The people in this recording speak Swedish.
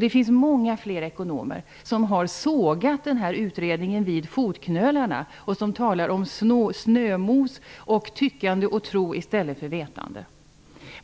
Det finns många fler ekonomer som har sågat den här utredningen vid fotknölarna och som talar om snömos, tyckande och tro i stället för vetande.